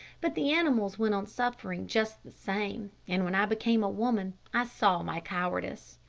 but the animals went on suffering just the same, and when i became a woman, i saw my cowardice.